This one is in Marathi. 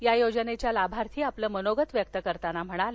या योजनेच्या लाभार्थी आपले मनोगत व्यक्त करताना म्हणाल्या